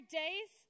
days